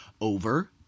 over